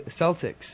Celtics